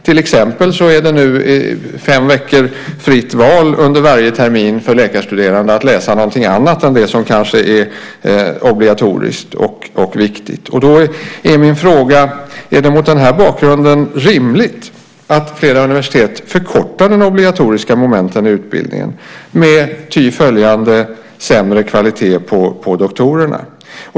Nu är det till exempel fem veckors fritt val under varje termin för läkarstuderande att läsa någonting annat än det som kanske är obligatoriskt och viktigt. Då är min fråga: Är det mot den här bakgrunden rimligt att flera universitet förkortar de obligatoriska momenten i utbildningen med ty följande sämre kvalitet på doktorerna?